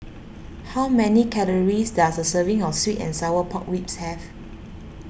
how many calories does a serving of Sweet and Sour Pork Ribs have